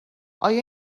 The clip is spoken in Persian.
آیا